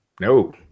no